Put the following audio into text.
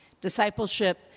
Discipleship